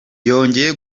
yongeye